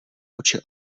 oči